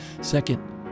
Second